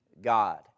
God